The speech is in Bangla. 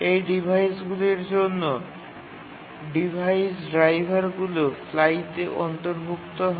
এই ডিভাইসগুলির জন্য ডিভাইস ড্রাইভারগুলি অন্তর্ভুক্ত করা হয়